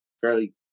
fairly